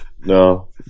no